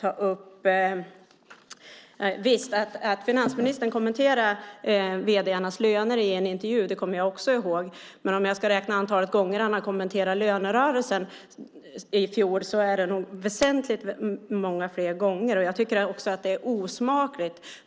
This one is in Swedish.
Att finansministern kommenterade vd:arnas löner i en intervju kommer jag också ihåg. Men om jag räknar hur många gånger han kommenterade lönerörelsen i fjol är det nog väsentligt många fler.